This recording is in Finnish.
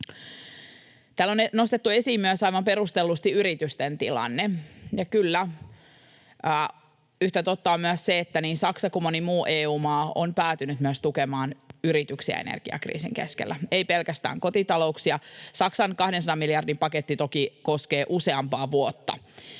Täällä on nostettu esiin myös aivan perustellusti yritysten tilanne, ja kyllä, yhtä totta on myös se, että niin Saksa kuin moni muu EU-maa on päätynyt tukemaan myös yrityksiä energiakriisin keskellä, ei pelkästään kotitalouksia. Saksan 200 miljardin paketti toki koskee useampaa vuotta,